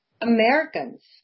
Americans